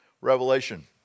Revelation